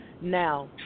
Now